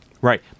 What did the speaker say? Right